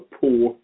poor